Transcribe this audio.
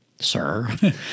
Sir